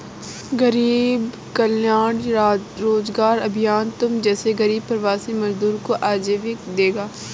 गरीब कल्याण रोजगार अभियान तुम जैसे गरीब प्रवासी मजदूरों को आजीविका देगा